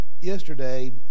Yesterday